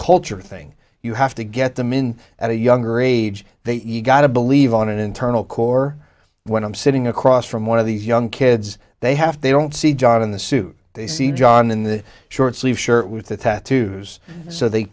culture thing you have to get them in at a younger age that you've got to believe on an internal core when i'm sitting across from one of these young kids they have they don't see john in the suit they see john in the short sleeve shirt with the tattoos so they